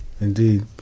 Indeed